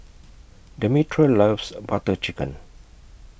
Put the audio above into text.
Demetra loves Butter Chicken